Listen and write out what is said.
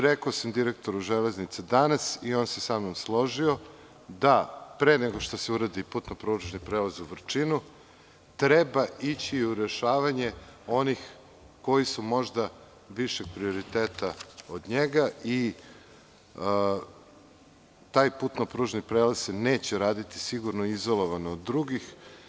Rekao sam direktoru „Železnica“ danas i on se složio da pre nego što se uradi putno-pružni prelaz u Vrčinu, treba ići i rešavanje onih koji su možda višeg prioriteta od njega i taj putno-pružni prelaz se neće raditi izolovano od drugih.